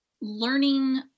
learning